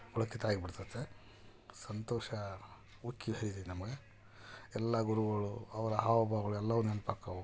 ಪುಳಕಿತ ಆಗ್ಬಿಡ್ತೈತೆ ಸಂತೋಷ ಉಕ್ಕಿ ಹರಿತೈತೆ ನಮ್ಗೆ ಎಲ್ಲ ಗುರುಗಳು ಅವರ ಹಾವ ಭಾವಗಳು ಎಲ್ಲವು ನೆನ್ಪು ಆಕ್ಕವೆ